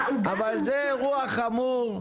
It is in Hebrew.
אבל זה אירוע חמור.